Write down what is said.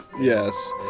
yes